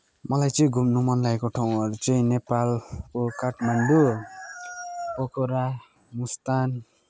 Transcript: मलाई चाहिँ घुम्न मन लागेको ठाउँहरू चाहिँ नेपालको काठमाडौँ पोखरा मुस्ताङ